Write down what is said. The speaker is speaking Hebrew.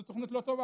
זאת תוכנית לא טובה.